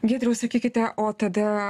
giedriaus sakykite o tada